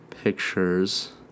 Pictures